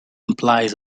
implies